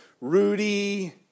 Rudy